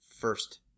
first